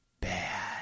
bad